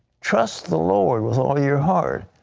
trust the lord with all your heart,